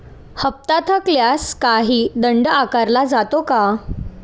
हप्ता थकल्यास काही दंड आकारला जातो का?